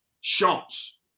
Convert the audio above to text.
Shots